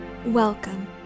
Welcome